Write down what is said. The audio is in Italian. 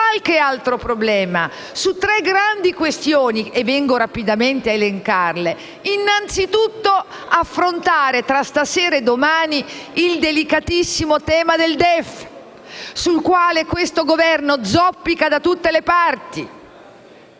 qualche altro problema su tre grandi questioni che vengo rapidamente ad elencare? Mi riferisco innanzitutto al dover affrontare tra stasera e domani il delicatissimo tema del DEF, sul quale questo Governo zoppica da tutte le parti.